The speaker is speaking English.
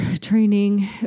training